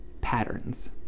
patterns